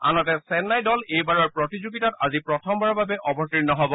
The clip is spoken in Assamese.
আনহাতে চেন্নাই দল এইবাৰৰ প্ৰতিযোগিতাত আজি প্ৰথমবাৰৰ বাবে অৱতীৰ্ণ হ'ব